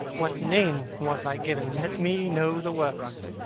what name was i given? let me know the worst.